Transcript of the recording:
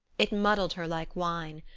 it muddled her like wine,